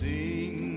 Sing